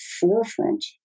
forefront